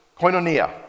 koinonia